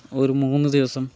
ഒരു മൂന്നു ദിവസം